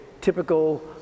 typical